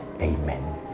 Amen